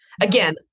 again